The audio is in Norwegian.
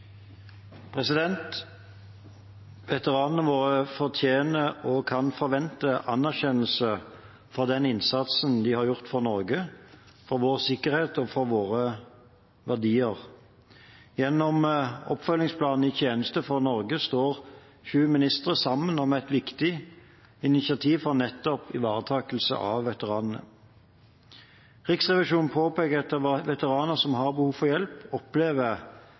slutt. Veteranene våre fortjener og kan forvente anerkjennelse for den innsatsen de har gjort for Norge, for vår sikkerhet og våre verdier. Gjennom oppfølgingsplanen «I tjeneste for Norge» står sju ministre sammen om et viktig initiativ for nettopp ivaretakelse av veteranene. Riksrevisjonen påpeker at veteraner som har behov for hjelp, opplever